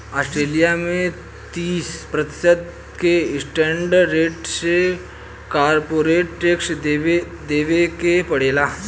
Australia में तीस प्रतिशत के स्टैंडर्ड रेट से कॉरपोरेट टैक्स देबे के पड़ेला